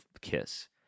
Kiss